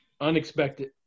Unexpected